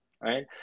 right